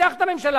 ניצח את הממשלה.